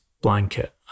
blanket